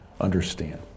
understand